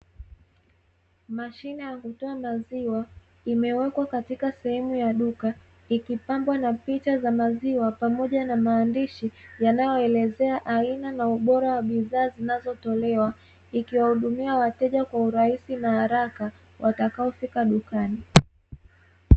Mashine ya kutoa maziwa imewekwa katika sehemu ya duka, ikipambwa na picha za maziwa pamoja na maandishi yanayo elezea aina na ubora wa bidhaa zinazotolewa, ikiwa wa hudumia wateja kwa urahisi na haraka pindi wakapofika dukani.